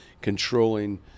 controlling